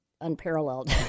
unparalleled